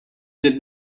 did